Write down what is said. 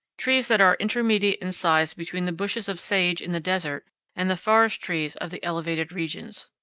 trees that are intermediate in size between the bushes of sage in the desert and the forest trees of the elevated regions.